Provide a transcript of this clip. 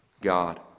God